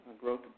growth